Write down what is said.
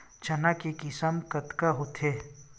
चना के किसम कतका होथे?